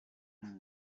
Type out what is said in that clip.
numva